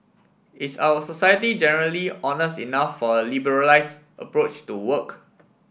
is our society generally honest enough for liberalise approach to work